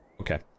Okay